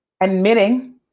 admitting